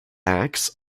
axe